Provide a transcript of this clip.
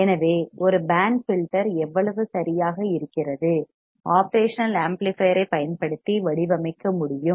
எனவே ஒரு band filter எவ்வளவு சரியாக இருக்கிறது ஒப்ரேஷனல் ஆம்ப்ளிபையர் ஐப் பயன்படுத்தி வடிவமைக்க முடியும்